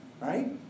right